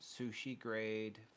sushi-grade